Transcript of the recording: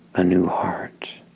a new heart